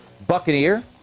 Buccaneer